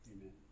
Amen